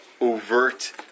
overt